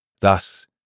Thus